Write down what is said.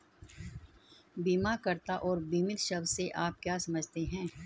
बीमाकर्ता और बीमित शब्द से आप क्या समझते हैं?